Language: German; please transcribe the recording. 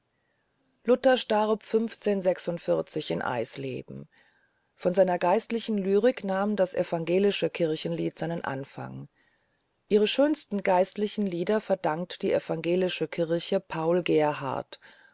luther starb in eisleben von seiner geistlichen lyrik nahm das evangelische kirchenlied seinen anfang ihre schönsten geistlichen lieder verdankt die evangelische kirche paul gerhard